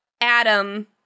Adam